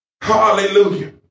Hallelujah